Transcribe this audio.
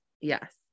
yes